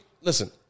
Listen